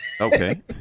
Okay